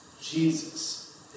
Jesus